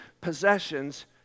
possessions